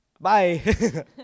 Bye